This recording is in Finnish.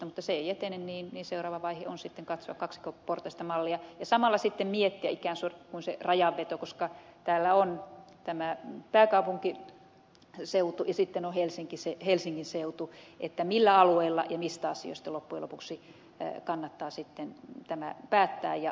mutta jos se ei etene niin seuraava vaihe on katsoa kaksiportaista mallia ja samalla sitten miettiä ikään kuin se rajanveto koska täällä on tämä pääkaupunkiseutu ja sitten on helsingin seutu että millä alueella ja mistä asioista loppujen lopuksi kannattaa tämä hallintomalli rakentaa